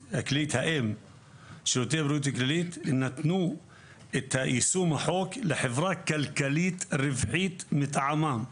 זה ששירותי בריאות כללית נתנו את יישום החוק לחברה כלכלית רווחית מטעמם,